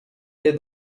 est